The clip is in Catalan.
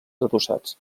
adossats